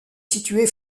située